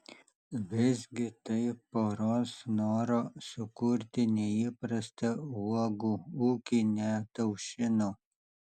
visgi tai poros noro sukurti neįprastą uogų ūkį neataušino